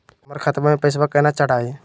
हमर खतवा मे पैसवा केना चढाई?